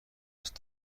هست